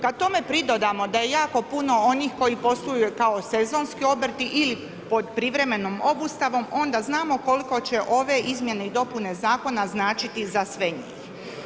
Kad tome pridodamo da je jako puno onih posluju kao sezonski obrti ili pod privremenom obustavom, onda znamo koliko će ove izmjene i dopune Zakona značiti za sve njih.